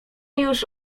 już